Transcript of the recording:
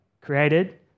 created